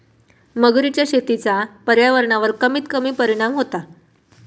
मगरीच्या शेतीचा पर्यावरणावर कमीत कमी परिणाम होता